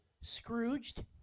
scrooged